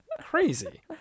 crazy